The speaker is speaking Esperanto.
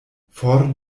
for